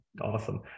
Awesome